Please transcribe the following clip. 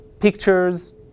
pictures